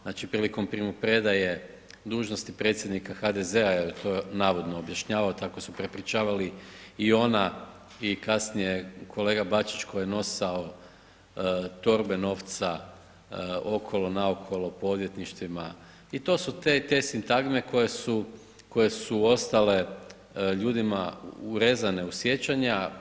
Znači prilikom primopredaje dužnosti predsjednika HDZ-a to je navodno objašnjava, tako su prepričavali i ona i kasnije kolega Bačić koji je nosao torbe novca okolo naokolo po odvjetništvima i to su te sintagme koje su ostale ljudima urezane u sjećanja.